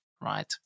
right